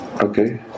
Okay